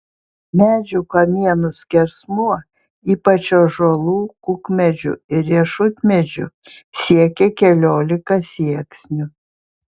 medžių kamienų skersmuo ypač ąžuolų kukmedžių ir riešutmedžių siekė keliolika sieksnių